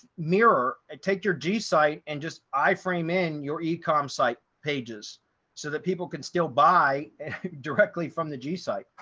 mirror, take your g site and just iframe in your e commerce site pages so that people can still buy directly from the g site.